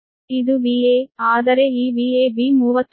ಇದು VA ಆದರೆ ಈ VAB 30 ಡಿಗ್ರಿ